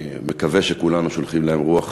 אני מקווה שכולנו שולחים להם רוח